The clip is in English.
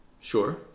Sure